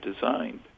designed